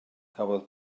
cafodd